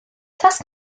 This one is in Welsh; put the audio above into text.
tasg